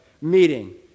meeting